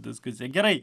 diskusija gerai